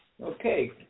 Okay